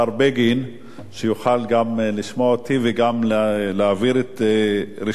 ויכול גם לשמוע אותי וגם להעביר את רשמי.